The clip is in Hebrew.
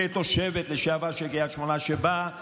תושבת לשעבר של קריית שמונה, שבאה ואמרה: